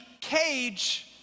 cage